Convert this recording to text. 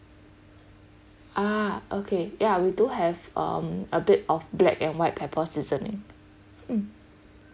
uh okay ya we do have um bit of black and white pepper seasoning mm